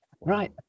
Right